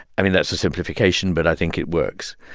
i mean, that's a simplification, but i think it works.